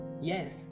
yes